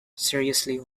seriously